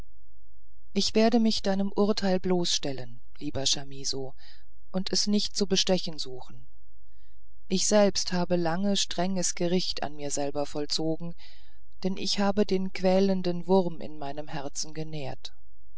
ich werde mich deinem urteile bloß stellen lieber chamisso und es nicht zu bestechen suchen ich selbst habe lange strenges gericht an mir selber vollzogen denn ich habe den quälenden wurm in meinem herzen genährt